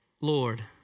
Lord